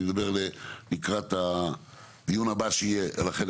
אני מדבר לקראת הדיון הבא שיהיה על החלק